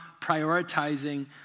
prioritizing